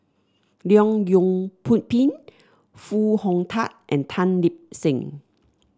Leong Yoon Pu Pin Foo Hong Tatt and Tan Lip Seng